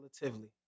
Relatively